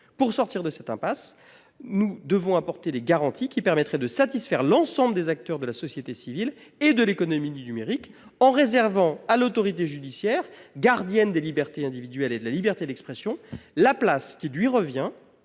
Pour sortir de cette impasse, nous devons apporter les garanties qui permettraient de satisfaire l'ensemble des acteurs de la société civile et de l'économie du numérique, en réservant à l'autorité judiciaire, gardienne des libertés individuelles et de la liberté d'expression, la place qui lui revient